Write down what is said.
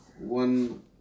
One